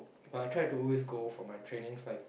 but I try to always go for my trainings like